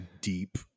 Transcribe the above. deep